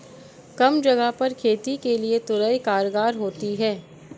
कम जगह पर खेती के लिए तोरई कारगर होती है